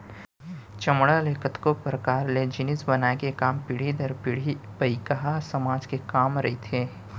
चमड़ा ले कतको परकार के जिनिस बनाए के काम पीढ़ी दर पीढ़ी पईकहा समाज के काम रहिथे